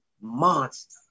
monster